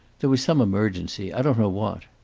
there was some emergency i don't know what.